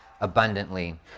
abundantly